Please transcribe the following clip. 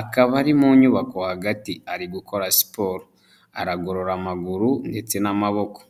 akaba ari mu nyubako hagati ari gukora siporo, aragorora amaguru ndetse n'amaboko.